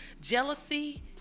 jealousy